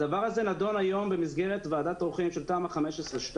הדבר הזה נדון היום במסגרת ועדת עורכים של תמ"א 15(2)